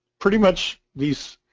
pretty much these